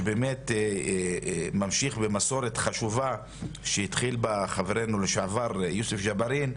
שבאמת ממשיך במסורת חשובה שהתחיל בה חברינו לשעבר יוסף ג'בארין,